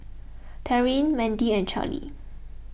Taryn Mendy and Charly